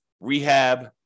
rehab